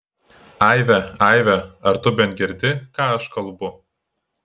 aive aive ar tu bent girdi ką aš kalbu